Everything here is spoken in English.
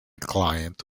client